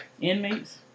Inmates